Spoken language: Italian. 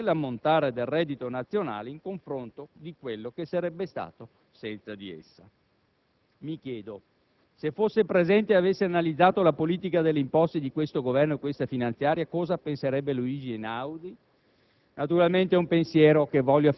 per la quale non diminuisce, ma cresce l'ammontare del reddito nazionale in confronto di quello che sarebbe stato senza di essa». Mi chiedo, se fosse presente e avesse analizzato la politica delle imposte di questo Governo e questa finanziaria, cosa penserebbe Luigi Einaudi.